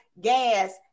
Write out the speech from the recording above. gas